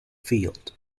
field